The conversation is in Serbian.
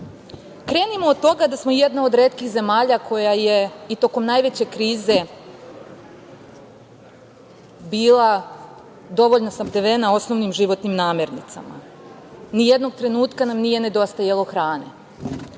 od toga da smo jedna od retkih zemalja koja je i tokom najveće krize bila dovoljno snabdevena osnovnim životnim namernicama. Nijednog trenutka nam nije nedostajalo hrane.